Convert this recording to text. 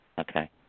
Okay